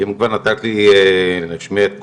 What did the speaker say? ואם כבר נתת לי להשמיע את קולי,